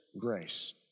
grace